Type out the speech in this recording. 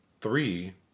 three